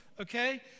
okay